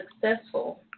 successful